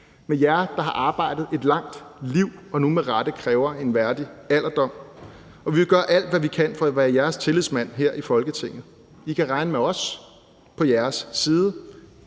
med jer, der har arbejdet et langt liv, og nu med rette kræver en værdig alderdom. Vi vil gøre alt, hvad vi kan, for at være jeres tillidsmand her i Folketinget. I kan regne med os på jeres side